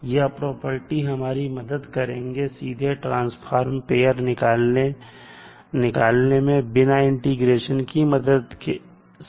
यह प्रॉपर्टी हमारी मदद करेंगे सीधे ट्रांसफॉर्म पेयर निकालने में बिना इंटीग्रेशन की मदद लिए